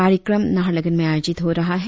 कार्यक्रम नाहरलगुन में आयोजित हो रहा है